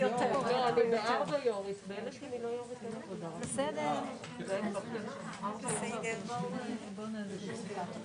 אני לא בטוח שמעיד רק על עלייה ברמת ההכשרה,